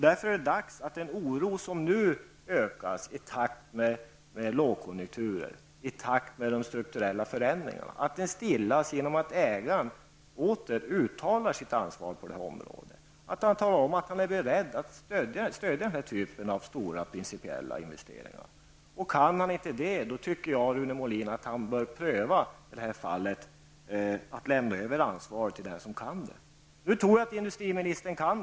Därför är det dags att den oro som ökar i takt med lågkonjunkturer och i takt med de strukturella förändringarna stillas genom att ägaren åter uttalar sitt ansvar, att ägaren talar om att man är beredd att stödja den typen av stora och principiellt viktiga investeringar. Kan man inte göra det tycker jag att Rune Molin bör pröva att lämna över ansvaret till den som kan. Nu tror jag att industriministern kan.